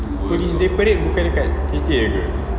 police day parade bukan dekat H_T_A ke